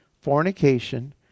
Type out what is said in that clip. fornication